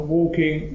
walking